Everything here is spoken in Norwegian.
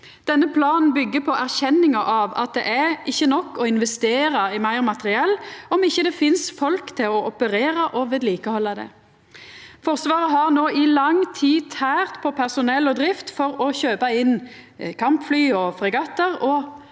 Denne planen byggjer på erkjenninga av at det ikkje er nok å investera i meir materiell om det ikkje finst folk til å operera og vedlikehalda det. Forsvaret har no i lang tid tært på personell og drift for å kjøpa inn kampfly og fregattar,